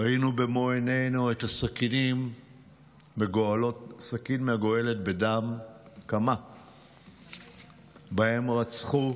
ראינו במו עינינו סכינים מגואלות בדם שבהן רצחו